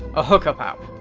a hookup app.